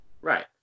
Right